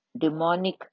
demonic